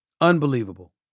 Unbelievable